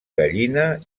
gallina